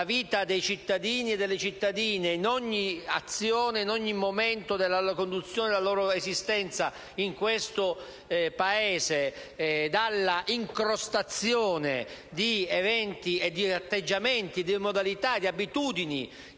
vita dei cittadini e delle cittadine in ogni azione e in ogni momento della conduzione della loro esistenza in questo Paese, dalla incrostazione di eventi, atteggiamenti, modalità, abitudini